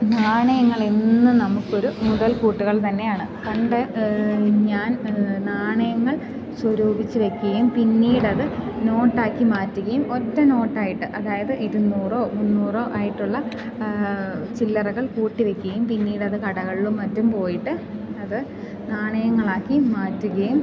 നാണയങ്ങളെന്നും നമുക്കൊരു മുതൽ കൂട്ടുകൾ തന്നെയാണ് പണ്ടു ഞാൻ നാണയങ്ങൾ സ്വരൂപിച്ചു വെക്കുകയും പിന്നീടത് നോട്ടാക്കി മാറ്റുകയും ഒറ്റ നോട്ടായിട്ട് അതായത് ഇരുന്നൂറോ മുന്നൂറോ ആയിട്ടുള്ള ചില്ലറകൾ കൂട്ടി വെക്കുകയും പിന്നീടത് കടകളിലും മറ്റും പോയിട്ട് അത് നാണയങ്ങളാക്കി മാറ്റുകയും